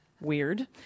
Weird